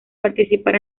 participar